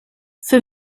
für